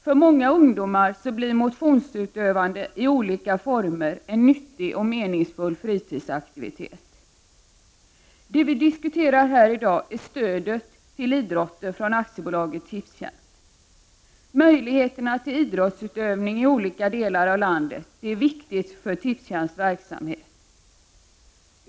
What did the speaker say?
För många ungdomar blir motionsutövande i olika former en nyttig och meningsfull fritidsaktivitet. Det vi diskuterar här i dag är stödet till idrotten från AB Tipstjänst. Möjligheterna till idrottsutövning i olika delar av landet är viktiga för AB Tipstjänsts verksamhet.